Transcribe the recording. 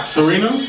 Serena